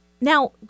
now